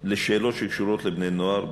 לשאלות שקשורות לבני-נוער,